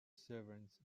servants